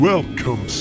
Welcome